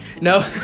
no